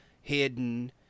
hidden